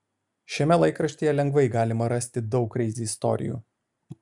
šiame laikraštyje lengvai galima rasti daug kreizi istorijų